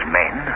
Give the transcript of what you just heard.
men